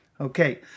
Okay